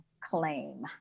claim